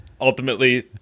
ultimately